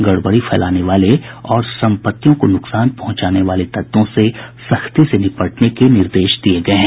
गड़बड़ी फैलाने वाले और संपत्तियों को नुकसान पहुंचाने वाले तत्वों से सख्ती से निपटने का निर्देश दिये गये हैं